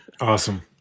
awesome